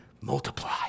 multiply